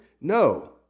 No